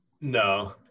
no